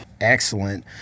Excellent